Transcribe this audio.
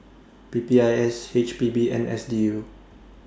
P P I S H P B and S D U